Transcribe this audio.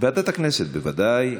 ועדת הכנסת, בוודאי.